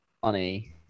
funny